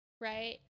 Right